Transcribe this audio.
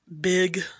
big